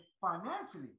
financially